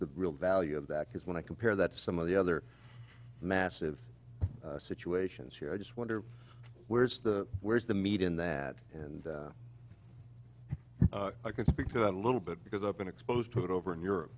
the real value of that because when i compare that some of the other massive situations here i just wonder where's the where's the meat in that and i can speak to that a little bit because i've been exposed to it over in europe